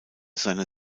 seiner